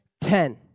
ten